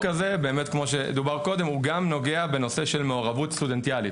הזה גם נוגע בנושא של מעורבות סטודנטיאלית.